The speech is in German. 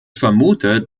vermutet